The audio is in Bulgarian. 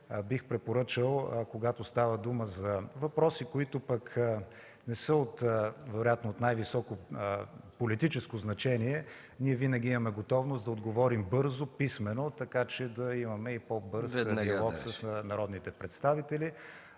бих препоръчал, когато става дума за въпроси, които не са вероятно от най-високо политическо значение – ние винаги имаме готовност да отговорим бързо писмено, така че да дадем и по-бърз отговор на народните представители.